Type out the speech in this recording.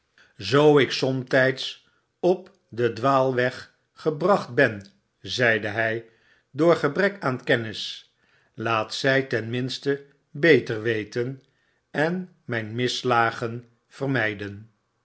ik somtyds op den dwaalweg gebracht ben zeide hy door gebrek aan kennis laat zy ten minste beter weten en myn misslagen vermijden